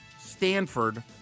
Stanford